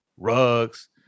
Rugs